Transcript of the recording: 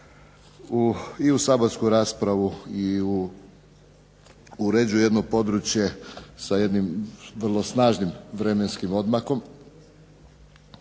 i u saborsku raspravu i uređuje jedno područje sa jednim vrlo snažnim vremenskim odmakom.